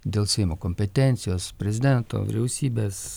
dėl seimo kompetencijos prezidento vyriausybės